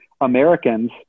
americans